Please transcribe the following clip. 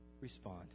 respond